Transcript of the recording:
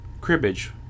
Cribbage